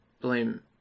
Blame